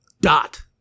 dot